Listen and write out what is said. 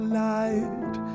light